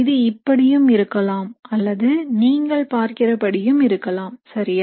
இது இப்படியும் இருக்கலாம் அல்லது நீங்கள் பார்க்கிற படியும் இருக்கலாம் சரியா